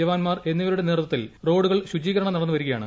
ജവാന്മാർ എന്നിവരുടെ നേതൃത്വത്തിൽ റോഡുകൾ ശുചീകരണം നടന്നുവരികയാണ്